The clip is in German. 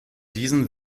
diesen